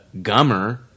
gummer